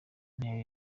antera